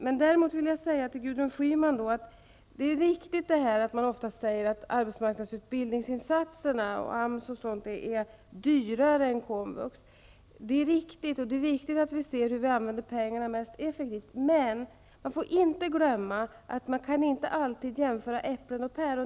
Det är riktigt, Gudrun Schyman, att man ofta säger att arbetsmarknadsutbildningsinsatserna, AMS och sådant, är dyrare än komvux. Det är riktigt, och det är viktigt att vi ser över hur man använder pengarna mest effektivt. Men man får inte glömma att man inte alltid kan jämföra äpplen och päron.